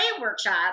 workshop